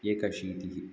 एकाशीतिः